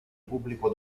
pubblico